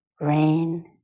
rain